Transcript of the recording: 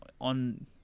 on